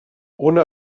ohne